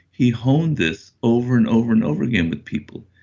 he honed this over and over and over again with people.